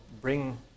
bring